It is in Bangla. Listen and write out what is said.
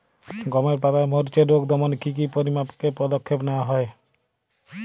গমের পাতার মরিচের রোগ দমনে কি কি পরিমাপক পদক্ষেপ নেওয়া হয়?